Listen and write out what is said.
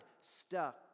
stuck